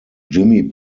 jimmy